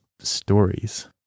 stories